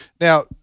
Now